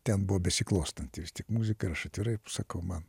ten buvo besiklostanti tik muzika ir aš atvirai sakau man